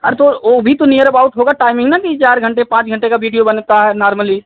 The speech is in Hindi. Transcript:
अरे तो ओ भी तो नियर अबाउट होगा टाइमिंग ना कि चार घंटे पाँच घंटे का वीडियो बनता है नार्मली